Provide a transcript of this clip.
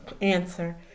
answer